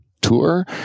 tour